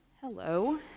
Hello